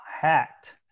hacked